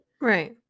Right